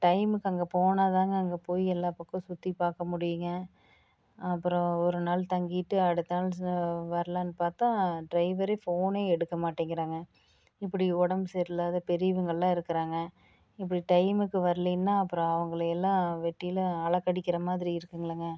டைமுக்கு அங்கே போனால்தாங்க அங்கே போய் எல்லா பக்கமும் சுற்றி பார்க்க முடியுங்க அப்புறம் ஒரு நாள் தங்கிவிட்டு அடுத்த நாள் வரலான்னு பார்த்தா ட்ரைவரே ஃபோனே எடுக்க மாட்டேங்கிறாங்க இப்படி உடம்பு சரியில்லாத பெரியவர்கள்லாம் இருக்கிறாங்க இப்படி டைமுக்கு வர்லைன்னா அப்புறம் அவங்களையெல்லாம் வெட்டிலா அழைக்கடிக்கிற மாதிரி இருக்குங்லங்க